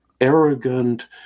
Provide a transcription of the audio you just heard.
arrogant